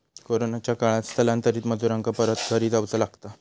कोरोनाच्या काळात स्थलांतरित मजुरांका परत घरी जाऊचा लागला